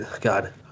God